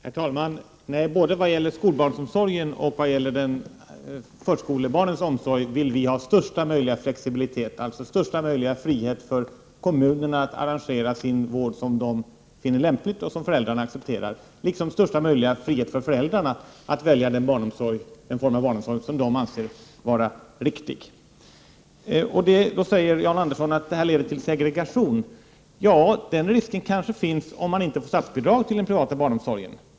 Herr talman! Både vad gäller skolbarnsomsorgen och förskolebarnens omsorg vill vi ha största möjliga flexibilitet, alltså största möjliga frihet för kommunerna att arrangera sin vård som de finner lämpligt och som föräldrarna accepterar liksom största möjliga frihet för föräldrarna att välja den form av barnomsorg de anser vara riktig. Då säger Jan Andersson att det leder till segregation. Den risken finns kanske om man inte får statsbidrag till den privata barnomsorgen.